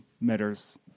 matters